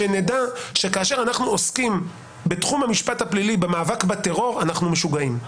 שנדע שכאשר אנחנו עוסקים בתחום המשפט הפלילי במאבק בטרור אנחנו משוגעים.